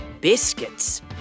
biscuits